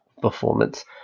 performance